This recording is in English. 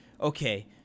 okay